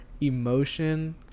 emotion